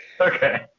Okay